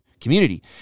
community